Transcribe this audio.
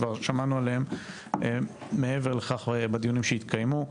כבר שמענו עליהם מעבר לכך בדיונים שהתקיימו.